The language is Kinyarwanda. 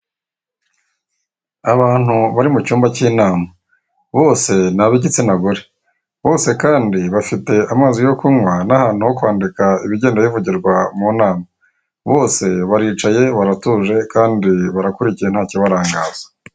Abantu bari mu cyumba cy'inama bose ni abigitsinagore Bose Kandi bafite amazi yo kunkwa nahantu ho kwandika Ibigenda bivugirwa mu nama Bose baricaye baratuze Kandi barakurikiye ntacyibarangaza.